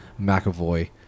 mcavoy